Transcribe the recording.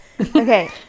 okay